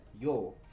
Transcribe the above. Yo